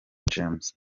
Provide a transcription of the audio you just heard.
james